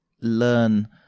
Learn